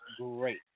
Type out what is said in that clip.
great